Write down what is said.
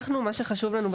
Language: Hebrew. מה שחשוב לנו,